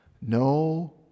No